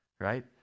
right